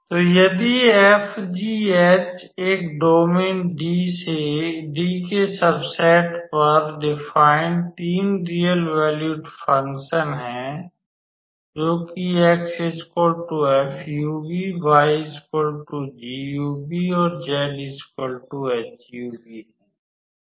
तो यदि 𝑓𝑔ℎ एक डोमेन D के सबसेट पर परिभाषित तीन रियल वैल्यूड फंकशन हैं जोकि x f 𝑢 𝑣 𝑦 𝑔 𝑢 𝑣 और z h 𝑢 𝑣 हैं